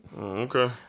Okay